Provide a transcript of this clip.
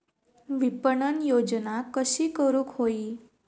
विपणन योजना कशी करुक होई?